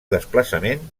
desplaçament